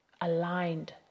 aligned